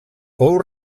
fou